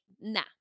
nah